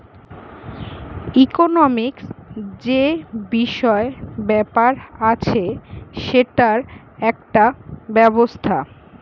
economic যে বিষয় ব্যাপার আছে সেটার একটা ব্যবস্থা